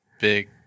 big